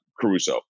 Caruso